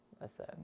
Listen